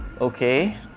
Okay